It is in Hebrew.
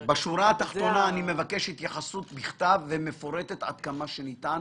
אני מבקש התייחסות מפורטת עד כמה שניתן